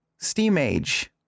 Steamage